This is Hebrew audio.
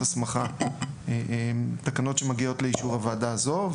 הסמכה הן תקנות שמגיעות לאישור הוועדה הזו.